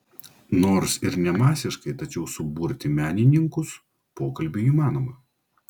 nors ir ne masiškai tačiau suburti menininkus pokalbiui įmanoma